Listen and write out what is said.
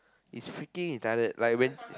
it's freaking retarded like when